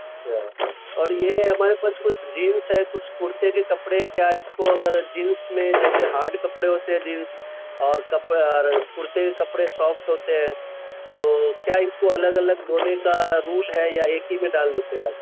اچھا اور یہ ہمارے پاس کچھ جینس ہے کچھ کرتے کے کپڑے کیا اس کو اگر جینس میں جیسے ہاڈ کپڑے ہوتے ہیں جینس اور کرتے کے کپڑے سافٹ ہوتے ہیں تو کیا اس کو الگ الگ دھونے کا رول ہے یا ایک ہی میں ڈال دیتے ہیں آپ